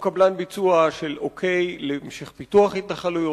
הוא קבלן ביצוע של אוקיי להמשך פיתוח התנחלויות,